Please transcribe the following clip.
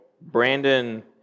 Brandon